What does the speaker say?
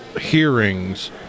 hearings